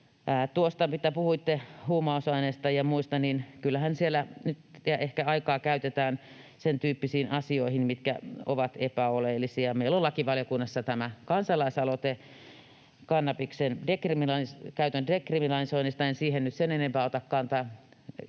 Tuosta, mitä puhuitte huumausaineista ja muista: Kyllähän siellä nyt ehkä aikaa käytetään sen tyyppisiin asioihin, mitkä ovat epäoleellisia. Meillä on lakivaliokunnassa tämä kansalaisaloite kannabiksen käytön dekriminalisoinnista. En siihen nyt sen enempää ota kantaa,